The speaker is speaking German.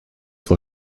vor